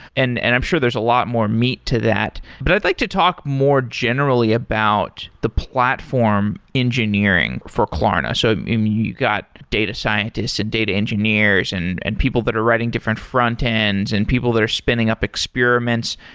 and and i'm sure there's a lot more meat to that. but i'd like to talk more generally about the platform engineering for klarna. so i mean you got data scientists and data engineers and and people that are writing different frontends and people that are spinning up experiments.